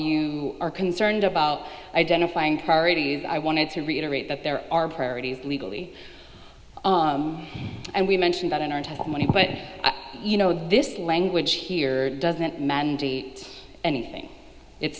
you are concerned about identifying parties i wanted to reiterate that there are priorities legally and we mentioned that in our testimony but you know this language here doesn't mandate anything it